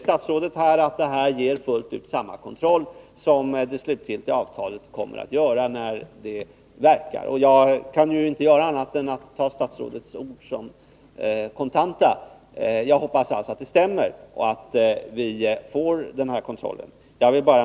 Statsrådet säger att detta ger fullt ut samma kontroll som det slutgiltiga avtalet kommer att innebära när det verkar. Jag kan inte göra annat än att ta statsrådets ord för kontanta, och jag hoppas att vi får den här kontrollen.